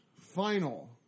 final